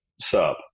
sub